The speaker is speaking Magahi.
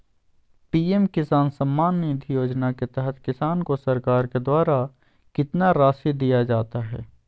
पी.एम किसान सम्मान निधि योजना के तहत किसान को सरकार के द्वारा कितना रासि दिया जाता है?